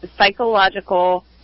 psychological